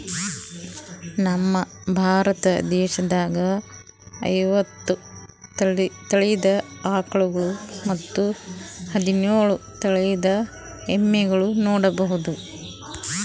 ನಮ್ ಭಾರತ ದೇಶದಾಗ್ ಐವತ್ತ್ ತಳಿದ್ ಆಕಳ್ಗೊಳ್ ಮತ್ತ್ ಹದಿನೋಳ್ ತಳಿದ್ ಎಮ್ಮಿಗೊಳ್ ನೋಡಬಹುದ್